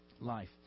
life